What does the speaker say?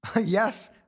Yes